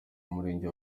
umurenge